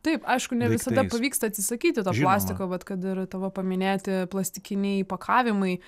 t aip aiškune visada pavyksta to plastiko vat kad ir tavo paminėti įpakavimai